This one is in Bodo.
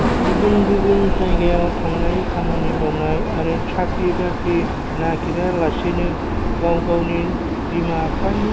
गुबुन गुबुन जायगायाव थांनानै खामानि मावनाय आरो साख्रि बाख्रि नागेरा लासैनो गाव गावनि बिमा बिफानि